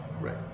Right